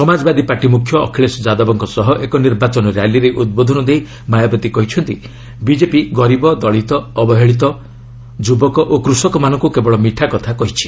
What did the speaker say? Samajwadi party ମୁଖ୍ୟ ଅଖିଳେଶ ଯାଦବଙ୍କ ସହ ଏକ ନିର୍ବାଚନ ର୍ୟାଲିରେ ଉଦ୍ବୋଧନ ଦେଇ ମାୟାବତୀ କହିଛନ୍ତି ବିଜେପି ଗରିବ ଦଳୀତ ଅବହେଳିତ ଯୁବକ ଓ କୃଷକମାନଙ୍କୁ କେବଳ ମିଠା କଥା କହୁଛି